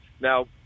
Now